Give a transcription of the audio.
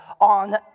on